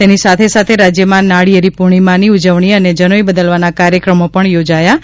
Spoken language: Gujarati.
તેની સાથે સાથે રાજયમાં નાળીયેરી પુર્ણીમાની ઉજવણી અને જનોઈ બદલવાના કાર્યક્રમો પણ યોજાઈ રહયાં છે